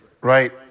right